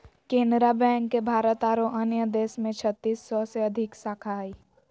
Canara bank के भारत आरो अन्य देश में छत्तीस सौ से अधिक शाखा हइ